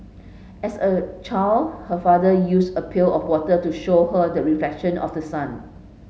as a child her father used a pail of water to show her the reflection of the sun